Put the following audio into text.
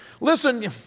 Listen